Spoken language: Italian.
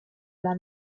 alla